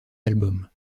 albums